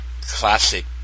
classic